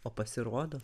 o pasirodo